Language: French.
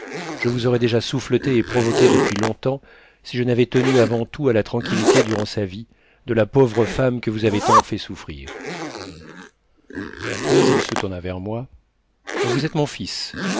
je vous aurais déjà souffleté et provoqué depuis longtemps si je n'avais tenu avant tout à la tranquillité durant sa vie de la pauvre femme que vous avez tant fait souffrir puis il se tourna vers moi vous êtes mon fils